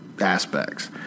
aspects